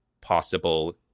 possible